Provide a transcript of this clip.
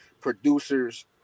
producers